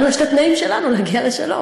לנו יש התנאים שלנו להגיע לשלום.